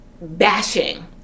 bashing